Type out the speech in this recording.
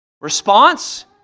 Response